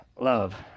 love